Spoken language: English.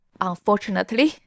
Unfortunately